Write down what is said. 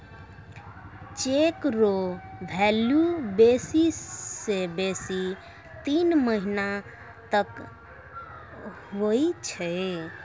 cheque रो value बेसी से बेसी तीन महीना तक हुवै छै